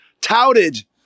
touted